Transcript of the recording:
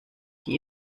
die